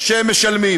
שהם משלמים.